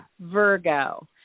Virgo